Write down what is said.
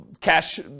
cash